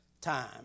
time